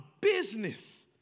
business